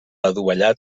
adovellat